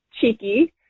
cheeky